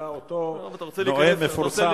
היה אותו נואם מפורסם.